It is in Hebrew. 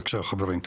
בבקשה חברים.